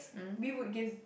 we would give